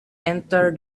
enter